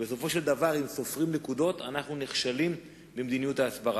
ושולחים את הקונסולים ללא תחמושת.